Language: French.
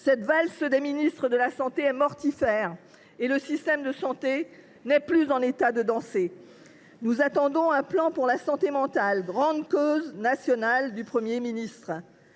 Cette valse est mortifère et le système de santé n’est plus en état de danser. Nous attendons un plan pour la santé mentale, grande cause nationale du Premier ministre.